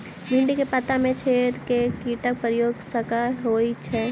भिन्डी केँ पत्ता मे छेद केँ कीटक प्रकोप सऽ होइ छै?